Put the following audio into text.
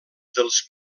dels